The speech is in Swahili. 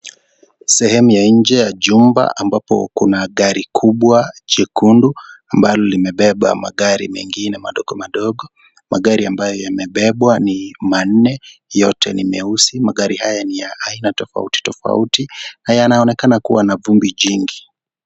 Sehemu ya nje ya chumba ambapo kuna gari kubwa chekundu ambalo limebeba magari mengine madogo madogo magari ambayo yamebebwa ni manne yote ni meusi magari haya ni ya aina tofauti tofauti na yanaonekana kuwa na vumbi jingi.